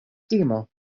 timo